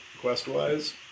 quest-wise